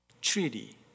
treaty